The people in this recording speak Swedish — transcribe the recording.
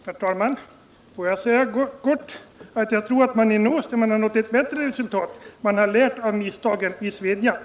Herr talman! Låt mig bara säga att jag tror att man i Nås, där man nått ett bättre resultat, har lärt av misstagen i Svedjan.